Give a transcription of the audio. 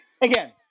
Again